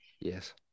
Yes